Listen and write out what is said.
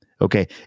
okay